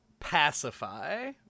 pacify